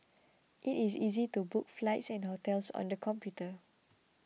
it is easy to book flights and hotels on the computer